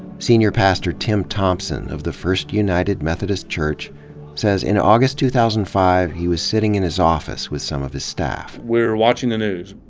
sen ior pastor tim thompson of the first united methodist church says in august two thousand and five, he was sitting in his office with some of his staff. we're watching the news,